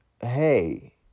hey